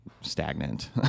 stagnant